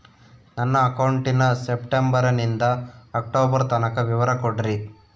ನನ್ನ ಅಕೌಂಟಿನ ಸೆಪ್ಟೆಂಬರನಿಂದ ಅಕ್ಟೋಬರ್ ತನಕ ವಿವರ ಕೊಡ್ರಿ?